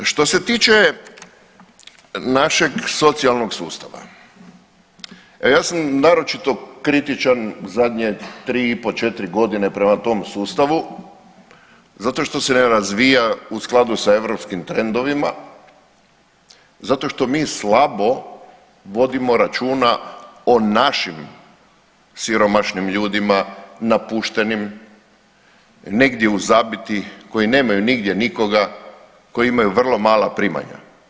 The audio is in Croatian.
Što se tiče našeg socijalnog sustava, ja sam naročito kritičan u zadnje tri po, četiri godine prema tom sustavu zato što se ne razvija u skladu sa europskim trendovima, zato što mi slabo vodimo računa o našim siromašnim ljudima, napuštenim, negdje u zabiti koji nemaju nigdje nikoga, koji imaju vrlo mala primanja.